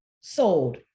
sold